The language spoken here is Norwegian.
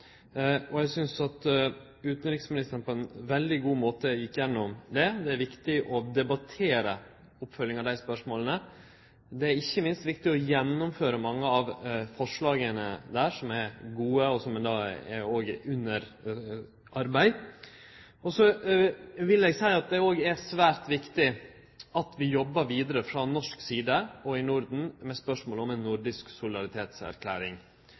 no. Eg synest at utanriksministeren på ein veldig god måte gjekk gjennom det. Det er viktig å debattere oppfølginga av dei spørsmåla, og det er ikkje minst viktig å gjennomføre mange av forslaga, som er gode, og som er under arbeid. Det er òg svært viktig at vi jobbar vidare frå norsk side og i Norden med spørsmåla om ei nordisk